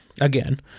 again